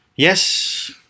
Yes